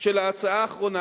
של ההצעה האחרונה,